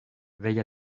veille